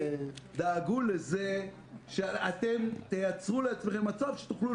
דאגו לזה שאתם תייצרו לעצמכם מצב שתוכלו